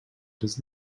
does